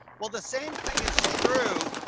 well, the same thing is true.